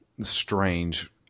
strange